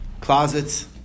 closets